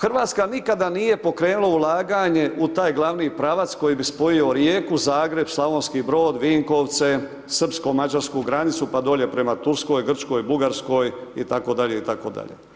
Hrvatska nikada nije pokrenula ulaganje u taj glavni pravac koji bi spojio Rijeku, Zagreb, Slavonski Brod, Vinkovce, srpsko-mađarsku granicu pa dolje prema Turskoj, Grčkoj, Bugarskoj itd., itd.